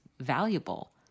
valuable